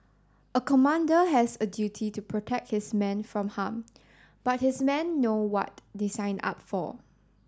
a commander has a duty to protect his men from harm but his men know what they signed up for